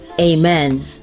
amen